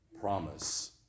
promise